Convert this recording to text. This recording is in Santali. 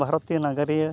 ᱵᱷᱟᱨᱚᱛᱤᱭᱚ ᱱᱟᱜᱟᱨᱤᱭᱟᱹ